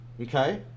Okay